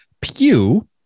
pew